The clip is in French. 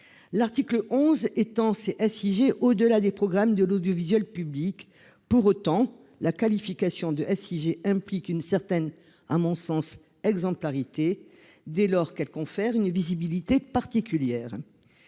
L'article 11 vise à étendre les SIG au-delà des programmes de l'audiovisuel public. Pour autant, la qualification de SIG implique, à mon sens, une certaine exemplarité dès lors qu'elle confère une visibilité particulière.